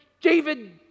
David